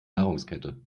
nahrungskette